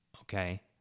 Okay